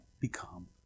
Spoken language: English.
become